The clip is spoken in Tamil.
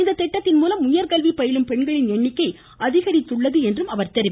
இந்த திட்டத்தின் மூலம் உயர்கல்வி பயிலும் பெண்களின் எண்ணிக்கை அதிகரித்துள்ளது என்றும் அவர் கூறினார்